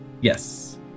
Yes